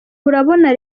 urabona